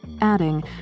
adding